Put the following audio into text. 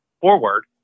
forward